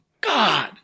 God